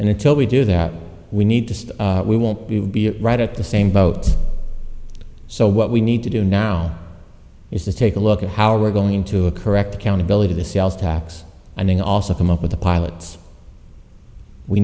and until we do that we need to we won't be right at the same boat so what we need to do now is to take a look at how we're going to a correct accountability the sales tax and then also come up with the pilots we